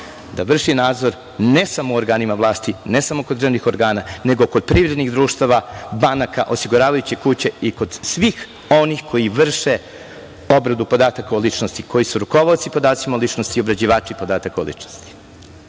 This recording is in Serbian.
da vrši nadzor ne samo u organima vlasti, ne samo kod državnih organa, nego kod privrednih društava, banaka, osiguravajućih kuća i kod svih onih koji vrše obradu podataka o ličnosti, koji su rukovaoci podacima o ličnosti i obrađivači podataka o ličnosti. Svake